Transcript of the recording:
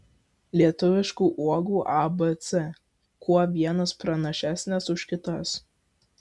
lietuviškų uogų abc kuo vienos pranašesnės už kitas